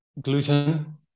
gluten